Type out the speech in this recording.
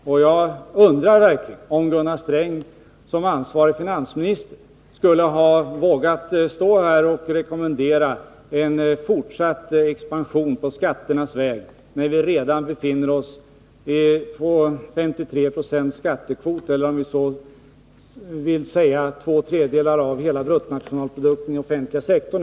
Och jag undrar verkligen om Gunnar Sträng som ansvarig finansminister skulle ha vågat stå här och rekommendera en fortsatt expansion på skatternas väg, när vi redan befinner oss på 53 Je skattekvot eller, med ett annat mått, när två tredjedelar av hela bruttonationalprodukten går till den offentliga sektorn.